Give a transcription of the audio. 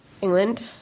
England